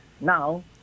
Now